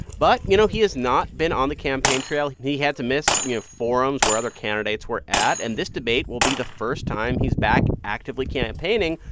but, you know, he has not been on the campaign trail. he had to miss, you know, forums where other candidates were at. and this debate will be the first time he's back actively campaigning.